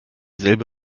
selbe